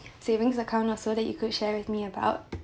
savings account also that you could share with me about